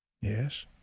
yes